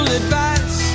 advice